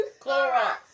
Clorox